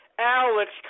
Alex